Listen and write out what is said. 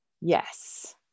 Yes